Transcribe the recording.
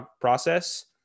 process